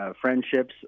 friendships